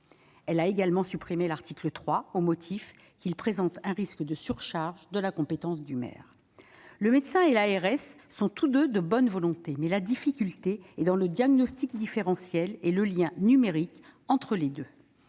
Elle a également supprimé l'article 3, au motif qu'il présentait un risque de surcharge dans les compétences du maire. Le médecin et l'ARS sont tous deux de bonne volonté. La difficulté réside dans le diagnostic différentiel et le lien numérique entre les deux